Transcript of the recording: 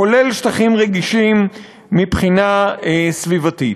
כולל שטחים רגישים מבחינה סביבתית.